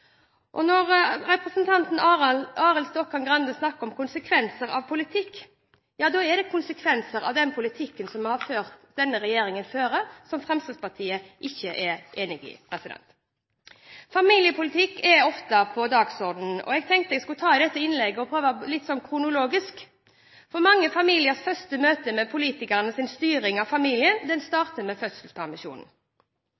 Fremskrittspartiet. Når representanten Arild Stokkan-Grande snakker om konsekvenser av politikk, er det konsekvenser av den politikken som denne regjeringen fører, som Fremskrittspartiet ikke er enig i. Familiepolitikk er ofte på dagsordenen, og jeg tenkte jeg skulle holde dette innlegget litt kronologisk. Mange familiers første møte med politikernes styring av familien,